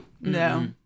No